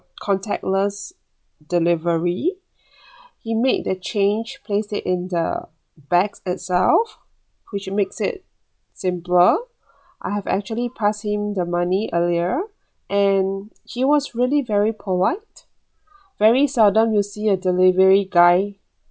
contactless delivery he made the change placed it in the bags itself which makes it simpler I have actually pass him the money earlier and he was really very polite very seldom you'll see a delivery guy